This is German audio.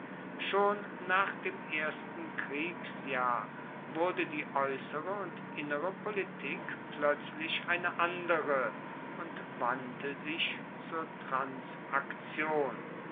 schon nach dem ersten kriegsjahr wurde die äußere und innere politik plötzlich eine andere und wandte sich zur transaktion